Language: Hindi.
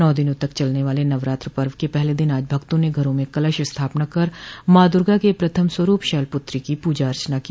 नौ दिनों तक चलने वाले नवरात्र पर्व के पहले दिन आज भक्तों ने घरों में कलश स्थापना कर माँ दुर्गा के प्रथम स्वरूप शलपुत्री की पूजा अर्चना की